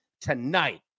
tonight